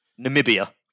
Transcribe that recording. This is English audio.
Namibia